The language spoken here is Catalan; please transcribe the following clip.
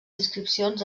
inscripcions